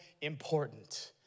important